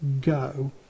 go